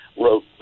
wrote